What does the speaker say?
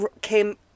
came